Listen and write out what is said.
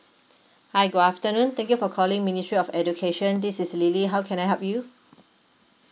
hi good afternoon thank you for calling ministry of education this is lily how can I help you